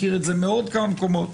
מכיר את זה מעוד כמה מקומות,